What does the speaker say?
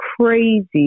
crazy